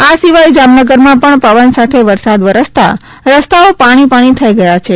આ સિવાય જામનગરમાં પણ પવન સાથે વરસાદ વરસતા રસ્તાઓ પાણી પાણી થઇ ગયા છે